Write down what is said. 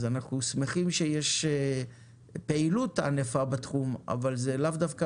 אז אנחנו שמחים שיש פעילות ענפה בתחום אבל זה לאו דווקא